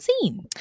seen